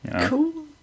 Cool